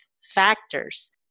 factors